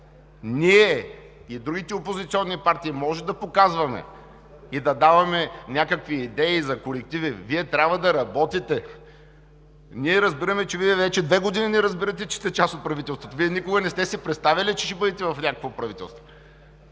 Ние и другите опозиционни партии можем да показваме и да даваме някакви идеи за корективи. Вие трябва да работите. Ние разбираме, че Вие вече две години не разбирате, че сте част от правителството. Вие никога не сте си представяли, че ще бъдете в някакво правителство.